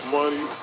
money